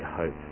hope